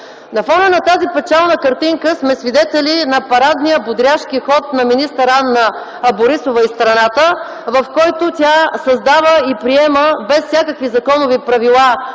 На фона на тази печална картинка сме свидетели на парадния бодряшки ход на министър Анна-Мария Борисова из страната, в който тя създава и приема без всякакви законови правила